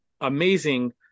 amazing